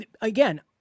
again